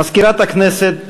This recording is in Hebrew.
מזכירת הכנסת,